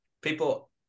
people –